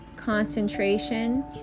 concentration